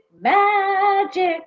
magic